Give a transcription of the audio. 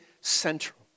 central